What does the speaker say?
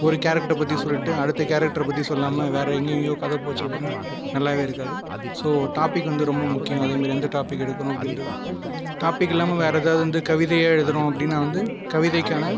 ஒரு கேரெக்டரை பற்றி சொல்லிவிட்டு அடுத்த கேரெக்ட்டரை பற்றி சொல்லாமல் வேறு எங்கங்கேயோ கதை போச்சு அப்படினா நல்லாவே இருக்காது ஸோ டாபிக் வந்து ரொம்ப முக்கியம் அதே மாதிரி எந்த டாபிக் எடுக்கணும் அப்படிங்குறது டாபிக் இல்லாமல் வேறு எதாவது வந்து கவிதையாக எழுதுகிறோம் அப்படினா வந்து கவிதைக்கான